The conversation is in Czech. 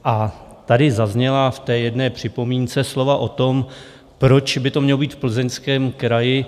A tady zazněla v té jedné připomínce slova o tom, proč by to mělo být v Plzeňském kraji.